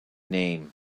name